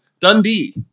Dundee